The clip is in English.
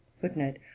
Footnote